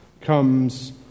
comes